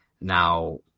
Now